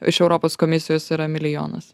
iš europos komisijos yra milijonas